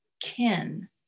kin